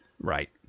Right